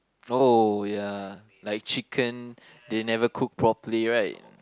oh ya like chicken they never cook properly right